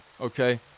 Okay